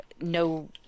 no